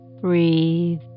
breathe